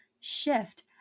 shift